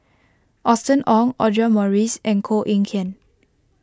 Austen Ong Audra Morrice and Koh Eng Kian